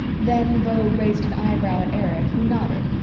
then beau raised an eyebrow at erich, who nodded,